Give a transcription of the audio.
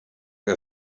que